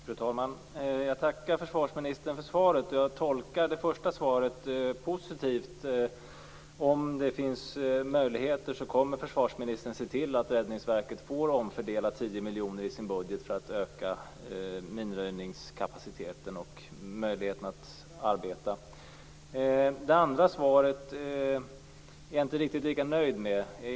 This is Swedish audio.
Fru talman! Jag tackar försvarsministern för svaret. Jag tolkar det första svaret positivt. Om det finns möjligheter kommer försvarsministern att se till att Räddningsverket får omfördela 10 miljoner i sin budget för att öka minröjningskapaciteten och möjligheterna att arbeta. Det andra svaret är jag inte riktigt lika nöjd med.